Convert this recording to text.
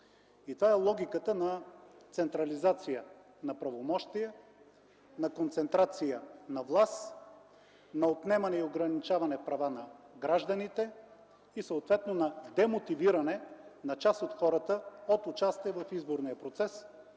Това е логиката на централизация на правомощия, на концентрация на власт, на отнемане и ограничаване права на гражданите и, съответно на демотивиране на част от хората от участие в изборния процес,